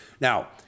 Now